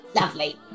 lovely